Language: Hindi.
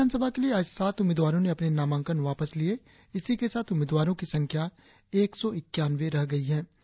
राज्य विधान सभा के लिए आज सात उम्मीदवारों ने अपने नामांकन वापस लिए इसी के साथ उम्मीदवारों की संख्या एक सौ इक्यानवे रह गई है